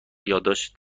یادداشت